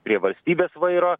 prie valstybės vairo